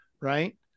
Right